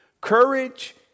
Courage